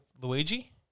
Luigi